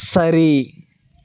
சரி